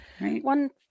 One